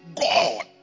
God